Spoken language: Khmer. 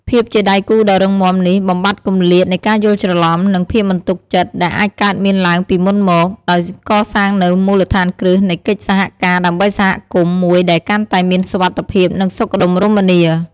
ភាពជាដៃគូដ៏រឹងមាំនេះ បំបាត់គម្លាតនៃការយល់ច្រឡំ និងភាពមិនទុកចិត្ត ដែលអាចកើតមានឡើងពីមុនមក ដោយកសាងនូវមូលដ្ឋានគ្រឹះនៃកិច្ចសហការដើម្បីសហគមន៍មួយដែលកាន់តែមានសុវត្ថិភាព និងសុខដុមរមនា។